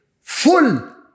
full